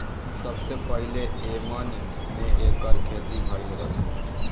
सबसे पहिले यमन में एकर खेती भइल रहे